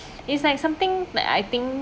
it's like something like I think